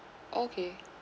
okay